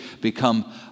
become